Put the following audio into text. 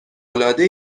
العاده